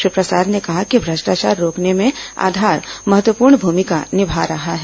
श्री प्रसाद ने कहा कि भ्रष्टाचार रोकने में आधार महत्वपूर्ण मूमिका निभा रहा है